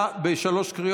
אתה בשלוש קריאות.